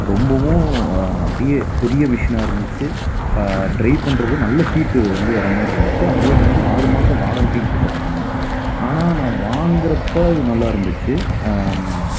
ரொம்பவும் அப்படியே பெரிய மிஷினா இருந்துச்சு ட்ரை பண்ணுறது நல்ல ஹீட்டு வந்து வர மாரி இருந்துச்சு அப்போவே வந்து ஆறு மாசம் வாரண்டியும் கொடுத்துருந்தாங்க ஆனால் நான் வாங்கிறப்ப அது நல்லா இருந்துச்சு